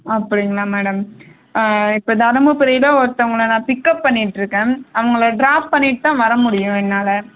அப்படிங்களா மேடம் இப்போ தருமபுரியில் ஒருத்தவங்களை நான் பிக்அப் பண்ணிகிட்ருக்கேன் அவங்களை ட்ராப் பண்ணிவிட்டு தான் வர முடியும் என்னால்